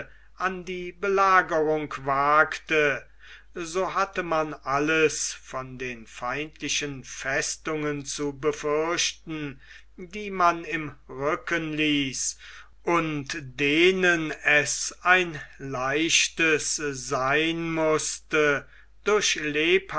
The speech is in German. an die belagerung wagte so hatte man alles von den feindlichen festungen zu befürchten die man im rücken ließ und denen es ein leichtes sein mußte durch